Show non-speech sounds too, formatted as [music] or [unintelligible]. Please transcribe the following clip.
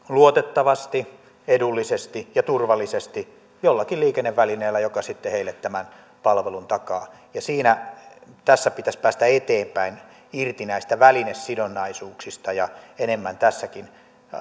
[unintelligible] luotettavasti edullisesti ja turvallisesti jollakin liikennevälineellä joka sitten heille tämän palvelun takaa ja tässä pitäisi päästä eteenpäin irti näistä välinesidonnaisuuksista ja enemmän tässäkin